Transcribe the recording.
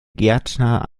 gärtner